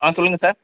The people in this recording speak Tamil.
ஆ சொல்லுங்க சார்